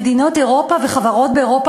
אני חוששת שמדינות אירופה וחברות באירופה